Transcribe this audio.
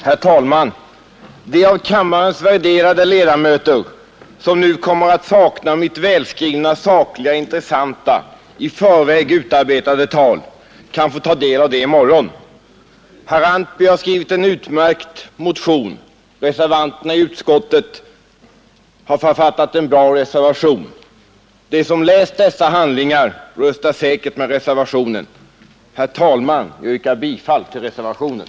Herr talman! De av kammarens värderade ledamöter som nu kommer att sakna mitt välskrivna, sakliga och intressanta i förväg utarbetade tal kan få ta del av det i morgon. Herr Antby har skrivit en utmärkt motion. Reservanterna i utskottet har författat en bra reservation. De som läst dessa handlingar röstar säkert med reservationen. Herr talman! Jag yrkar bifall till reservationen.